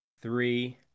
Three